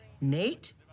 Nate